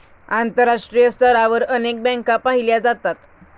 आंतरराष्ट्रीय स्तरावर अनेक बँका पाहिल्या जातात